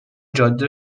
جاده